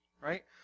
right